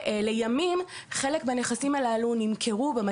אני מתנצל על שאני מפריע לך.